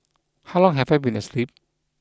how long have I been asleep